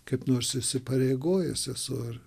kaip nors įsipareigojęs esu ar